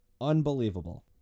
unbelievable